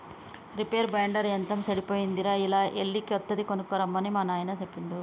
reaper binder యంత్రం సెడిపోయిందిరా ఎళ్ళి కొత్తది కొనక్కరమ్మని మా నాయిన సెప్పిండు